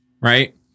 right